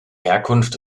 herkunft